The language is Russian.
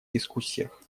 дискуссиях